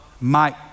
Mike